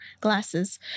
glasses